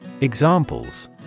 Examples